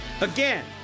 Again